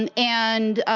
and and,